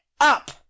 up